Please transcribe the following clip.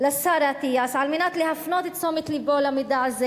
לשר אטיאס על מנת להפנות את תשומת לבו למידע הזה